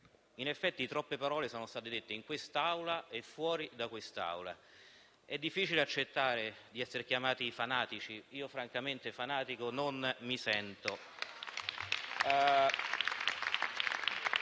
In effetti, troppe parole sono state dette in quest'Aula e fuori da quest'Aula. È difficile accettare di essere chiamati fanatici. Io, francamente, fanatico non mi sento.